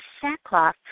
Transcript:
sackcloth